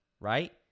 Right